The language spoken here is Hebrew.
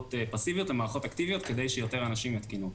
ממערכות פסיביות למערכות אקטיביות כדי שיותר אנשים יתקינו מערכות.